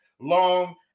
long